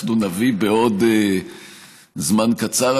בעוד זמן קצר,